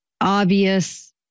obvious